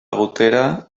gotera